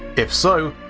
if so,